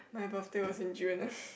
my birthday was in June